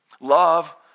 Love